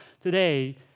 today